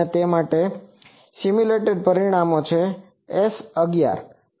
અને આ તે માટે સિમ્યુલેટેડ પરિણામો છે એસ 11